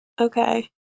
okay